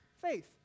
faith